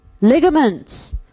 ligaments